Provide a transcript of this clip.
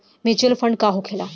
Mutual fund का होखेला?